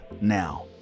now